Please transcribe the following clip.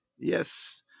Yes